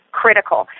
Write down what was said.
critical